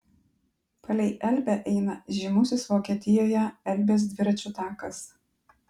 palei elbę eina žymusis vokietijoje elbės dviračių takas